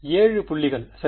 7 புள்ளிகள் சரி